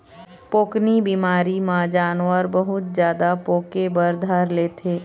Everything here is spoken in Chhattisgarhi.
पोकनी बिमारी म जानवर बहुत जादा पोके बर धर लेथे